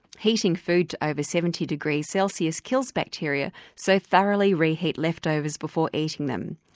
heating food to over seventy degrees celsius kills bacteria, so thoroughly reheat leftovers before eating them.